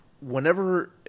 whenever –